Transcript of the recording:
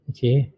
Okay